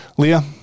Leah